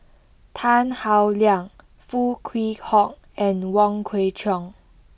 Tan Howe Liang Foo Kwee Horng and Wong Kwei Cheong